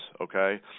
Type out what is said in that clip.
okay